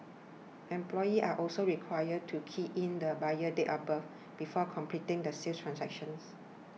employees are also required to key in the buyer's date of birth before completing the sale transactions